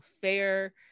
fair